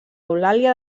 eulàlia